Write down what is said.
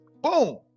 boom